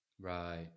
Right